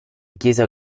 chiesa